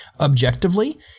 Objectively